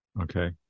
Okay